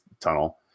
tunnel